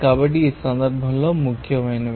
కాబట్టి ఈ సందర్భంలో ఇవి ముఖ్యమైనవి